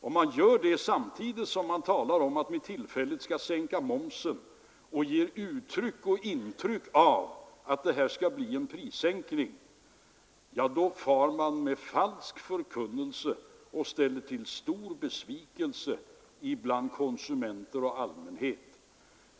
Om detta sker samtidigt som man talar om att vi tillfälligt skall sänka momsen och ger intryck av att det här skall bli en prissänkning, ja, då far man med falsk förkunnelse och ställer till stor besvikelse bland konsumenter och allmänhet.